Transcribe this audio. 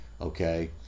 okay